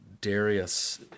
Darius